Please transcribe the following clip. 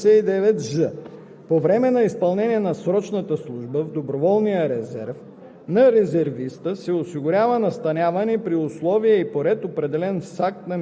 звание. (2) Размерът на основното месечно възнаграждение по ал. 1 се определя с акт на министъра на отбраната. Чл. 59ж.